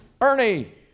Ernie